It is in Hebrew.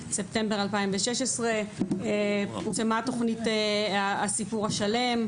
ספטמבר 2016; פורסמה תכנית "הסיפור השלם",